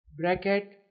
Bracket